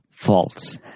False